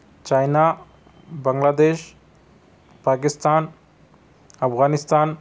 China Bangladesh Pakistan Afghanistan